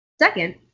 Second